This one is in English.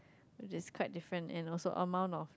it's quite different and also amount on